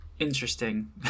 Interesting